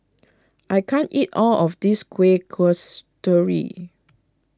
I can't eat all of this Kuih Kasturi